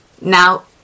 Now